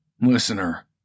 Listener